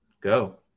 Go